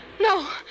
No